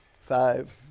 Five